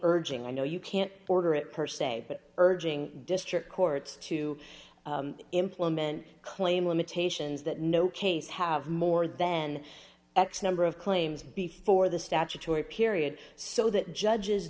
urging i know you can't order it per se but urging district courts to implement claim limitations that no case have more then x number of claims before the statutory period so that judges